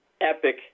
epic